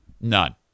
None